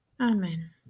Amen